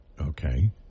Okay